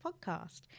podcast